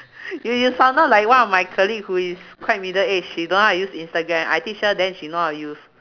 you you sounded like one of my colleague who is quite middle aged she don't know how to use instagram I teach her then she know how to use